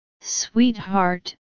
Sweetheart